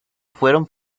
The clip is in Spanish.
fueron